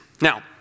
Now